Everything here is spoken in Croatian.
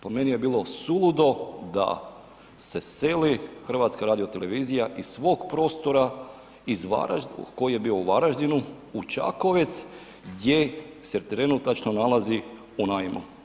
Po meni je bilo suludo da se seli HRT iz svog prostora koji je bio u Varaždinu u Čakovec gdje se trenutačno nalazi u najmu.